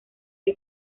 que